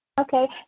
Okay